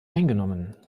eingenommen